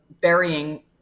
burying